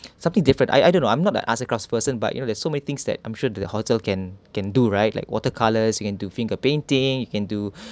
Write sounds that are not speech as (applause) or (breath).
something different I I don't know I'm not the arts and crafts person but you know there's so many things that I'm sure the hotel can can do right like watercolours you can do finger painting you can do (breath)